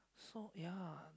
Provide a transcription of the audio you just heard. so ya